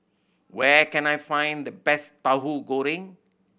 where can I find the best Tauhu Goreng